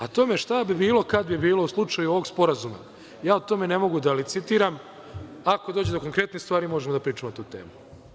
A o tome šta bi bilo kad bi bilo, u slučaju ovog sporazuma, ja o tome ne mogu da licitiram, ako dođe do konkretne stvari, možemo da pričamo na tu temu.